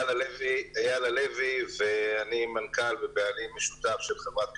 אייל הלוי, מנכ"ל ובעלים משותף של חברת כנסים,